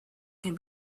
can